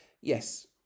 yes